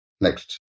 Next